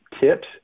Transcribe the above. Tips